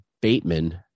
Bateman